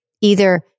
Either-